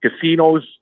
Casinos